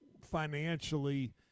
financially